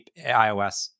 iOS